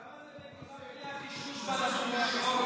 למה, קשקוש בלבוש.